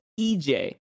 EJ